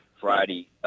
Friday